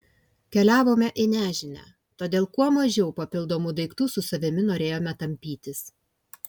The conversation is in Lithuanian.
keliavome į nežinią todėl kuo mažiau papildomų daiktų su savimi norėjome tampytis